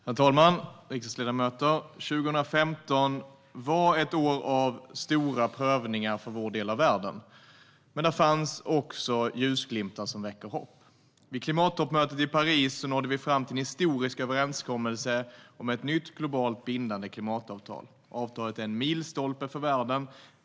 Herr talman och riksdagsledamöter! 2015 var ett år av stora prövningar för vår del av världen, men där fanns också ljusglimtar som väckte hopp. Vid klimattoppmötet i Paris nådde vi fram till en historisk överenskommelse om ett nytt globalt bindande klimatavtal. Avtalet är en milstolpe för världen.